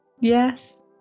Yes